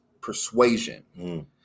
persuasion